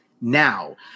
now